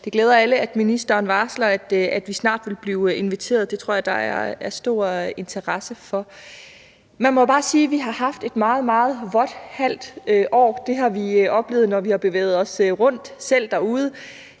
det glæder alle, at ministeren varsler, at vi snart vil blive inviteret. Det tror jeg der er stor interesse for. Man må jo bare sige, at vi har haft et meget, meget vådt halvt år. Det har vi selv oplevet, når vi har bevæget os rundt derude.